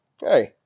Hey